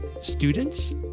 students